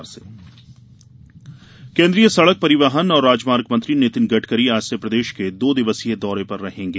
गडकरी दौरा केन्द्रीय सड़क परिवहन और राजमार्ग मंत्री नितिन गडकरी आज से प्रदेश के दो दिवसीय दौरे पर रहेंगे